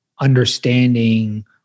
understanding